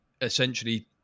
essentially